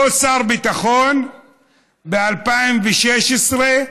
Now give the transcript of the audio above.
אותו שר ביטחון הזהיר ב-2016,